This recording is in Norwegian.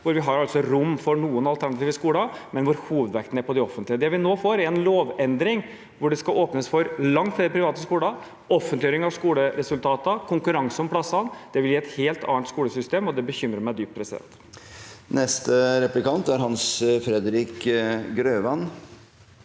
hvor det er rom for noen alternative skoler, men hvor hovedvekten er på de offentlige. Det vi får nå, er en lovendring hvor det skal åpnes for langt flere private skoler, offentliggjøring av skoleresultater og konkurranse om plassene. Det vil gi et helt annet skolesystem, og det bekymrer meg dypt. Hans Fredrik Grøvan